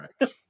right